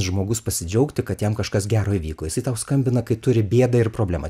žmogus pasidžiaugti kad jam kažkas gero įvyko jisai tau skambina kai turi bėdą ir problemą